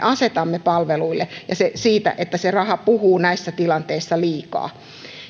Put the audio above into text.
asetamme palveluille ja siitä että se raha puhuu näissä tilanteissa liikaa